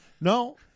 No